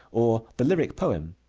or the lyric poem.